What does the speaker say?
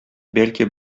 бәлки